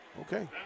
okay